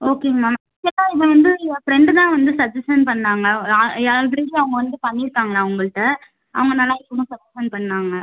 ஓகேங்க மேம் ஆக்ச்சுவலா இதை வந்து என் ஃப்ரெண்டு தான் வந்து சஜெஸ்ஷன் பண்ணாங்கள் ஆல்ரெடி அவங்க வந்து பண்ணிருக்காங்கலாம் உங்கள்ட்ட அவங்க நல்லாருக்கும் சஜெஸ்ஷன் பண்ணாங்கள்